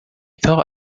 thought